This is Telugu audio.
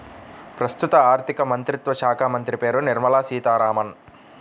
ప్రస్తుత ఆర్థికమంత్రిత్వ శాఖామంత్రి పేరు నిర్మల సీతారామన్